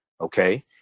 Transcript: okay